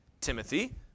Timothy